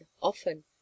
often